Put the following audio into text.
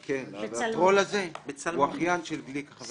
הטרול הזה הוא אחיין של חבר הכנסת גליק.